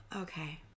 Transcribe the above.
Okay